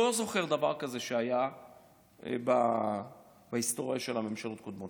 לא זוכר דבר כזה שהיה בהיסטוריה של הממשלות הקודמות.